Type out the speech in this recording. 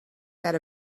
set